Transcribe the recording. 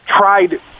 tried